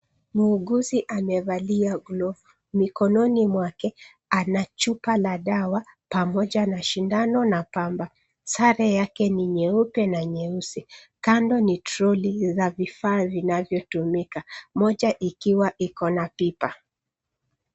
Muuguzi amevalia glavu, mikononi mwake ana chupa la dawa pamoja na shindano na pamba. Sare yake ni nyeupe na nyeusi. Kando ni toroli la vifaa vinavyotumika; moja ikiwa iko na pipa.